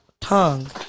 tongue